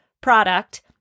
product